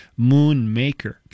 Moonmaker